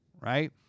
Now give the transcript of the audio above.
right